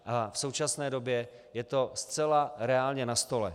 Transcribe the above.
A v současné době je to zcela reálně na stole.